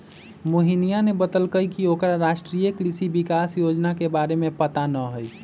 मोहिनीया ने बतल कई की ओकरा राष्ट्रीय कृषि विकास योजना के बारे में पता ना हई